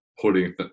putting